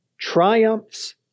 triumphs